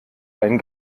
ein